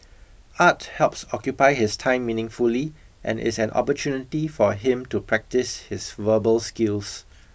art helps occupy his time meaningfully and is an opportunity for him to practise his verbal skills